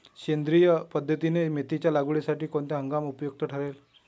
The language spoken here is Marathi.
सेंद्रिय पद्धतीने मेथीच्या लागवडीसाठी कोणता हंगाम उपयुक्त ठरेल?